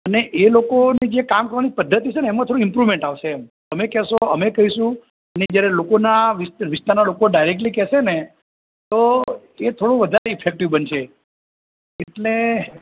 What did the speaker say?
અને એ લોકોની જે કામ કરવાની પદ્ધતિ છે ને એમાં થોડું ઈમ્પ્રૂવમેન્ટ આવશે એમ તમે કહેશો અમે કહીશું ને જ્યારે લોકોના વિસ્તારના લોકો ડાયરૅકટલી કહેશે ને તો એ થોડું વધારે ઈફૅકટિવ બનશે એટલે